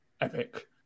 epic